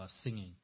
singing